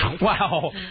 Wow